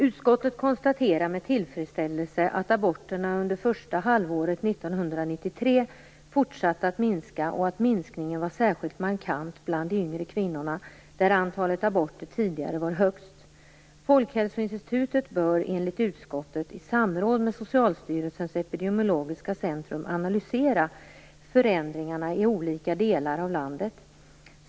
Utskottet konstaterar med tillfredsställelse att aborterna under första halvåret 1993 fortsatte att minska och att minskningen var särskilt markant bland de yngre kvinnorna, där antalet aborter tidigare var högst. Folkhälsoinstitutet bör enligt utskottet i samråd med Socialstyrelsens epidemiologiska centrum analysera förändringarna i olika delar av landet.